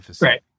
Right